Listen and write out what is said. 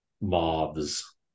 mobs